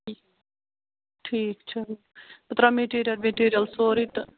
ٹھیٖک ٹھیٖک چھُ بہٕ ترٛاوٕ مٹیٖریَل وِٹیٖریَل سورُے تہٕ